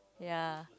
ya